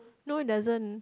no it doesn't